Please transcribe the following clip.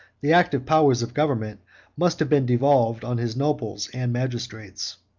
the active powers of government must have been devolved on his nobles and magistrates.